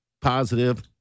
positive